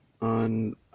on